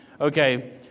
Okay